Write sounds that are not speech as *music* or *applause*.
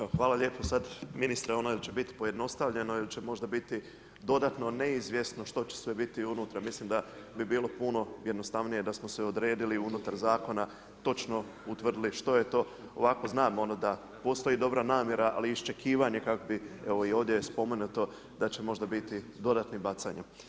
Evo, hvala lijepo. ... *unintelligible* biti pojednostavljeno ili će možda biti dodatno neizvjesno, što će sve biti unutra, mislim da bi bilo puno jednostavnije da smo se odredili unutar Zakona, točno utvrdili što je to, ovako znam, ono da, postoji, dobra namjera, ali iščekivanje kako bi evo i ovdje spomenuto da će možda biti dodatnih bacanja.